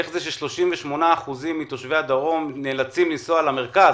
בשאלה איך זה ש-38% מתושבי הדרום נאלצים לנסוע למרכז.